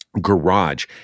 garage